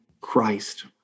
Christ